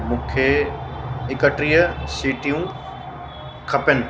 मूंखे एकटीह सीटियूं खपनि